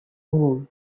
wool